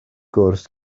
gwrs